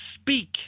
speak